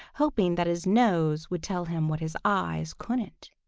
hoping that his nose would tell him what his eyes couldn't.